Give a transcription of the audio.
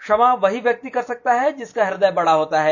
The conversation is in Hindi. क्षमा वहीं व्यक्ति कर सकता है जिसका इदय बड़ा होता है